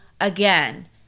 again